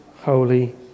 holy